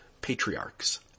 patriarchs